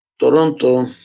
Toronto